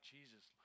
Jesus